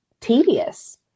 tedious